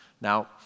Now